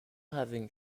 having